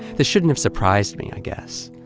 this shouldn't have surprised me, i guess.